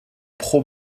pro